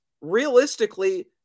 realistically